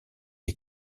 les